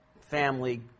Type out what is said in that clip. family